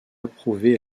approuvée